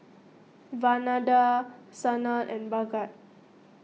Vandana Sanal and Bhagat